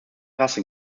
rasse